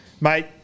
mate